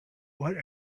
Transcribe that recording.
what